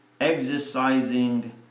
exercising